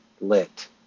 lit